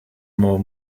more